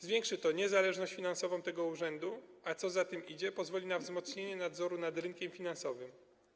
Zwiększy to niezależność finansową tego urzędu, a co za tym idzie - pozwoli na wzmocnienie nadzoru nad rynkiem finansowym.